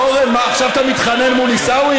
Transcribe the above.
אורן, מה, עכשיו אתה מתחנן מול עיסאווי?